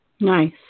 Nice